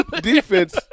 Defense